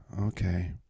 Okay